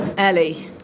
Ellie